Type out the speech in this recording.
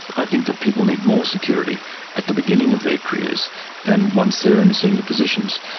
i think that people need more security at the beginning of their careers than once they are in senior positions.